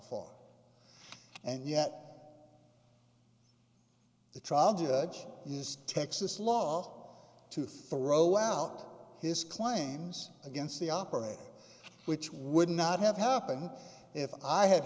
for and yet the trial judge is texas law to throw out his claims against the operator which would not have happened if i ha